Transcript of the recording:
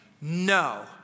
No